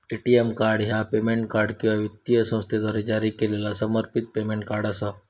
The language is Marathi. ए.टी.एम कार्ड ह्या पेमेंट कार्ड किंवा वित्तीय संस्थेद्वारा जारी केलेला समर्पित पेमेंट कार्ड असा